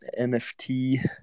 NFT